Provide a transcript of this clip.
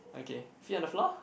okay sit on the floor